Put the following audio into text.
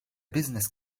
business